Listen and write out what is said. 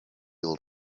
old